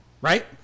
Right